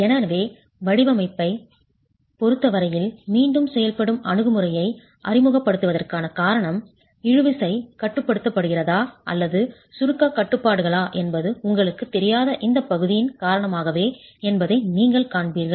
எனவே வடிவமைப்பைப் பொறுத்த வரையில் மீண்டும் செயல்படும் அணுகுமுறையை அறிமுகப்படுத்துவதற்கான காரணம் இழுவிசை கட்டுப்படுத்துகிறதா அல்லது சுருக்கக் கட்டுப்பாடுகளா என்பது உங்களுக்குத் தெரியாத இந்தப் பகுதியின் காரணமாகவே என்பதை நீங்கள் காண்பீர்கள்